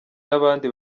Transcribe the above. n’abandi